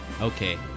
okay